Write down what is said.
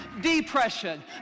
depression